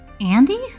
Andy